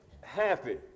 happy